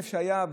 איפה שהיה,